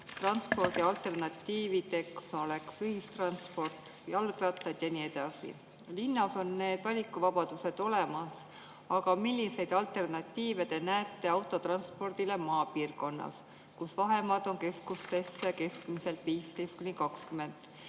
autotranspordi alternatiivid on ühistransport, jalgrattad ja nii edasi. Linnas on see valikuvabadus olemas, aga milliseid alternatiive te näete autotranspordile maapiirkonnas, kus keskusesse on keskmiselt 15–20